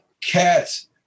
cats